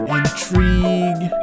intrigue